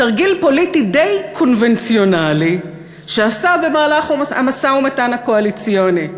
תרגיל פוליטי די קונבנציונלי שעשה במהלך המשא-ומתן הקואליציוני,